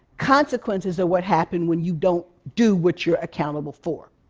consequences are what happen when you don't do what you're accountable for.